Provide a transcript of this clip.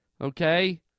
okay